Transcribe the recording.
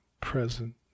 present